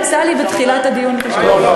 יצא לי בתחילת הדיון פשוט.